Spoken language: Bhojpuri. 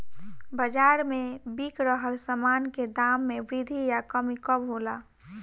बाज़ार में बिक रहल सामान के दाम में वृद्धि या कमी कब होला?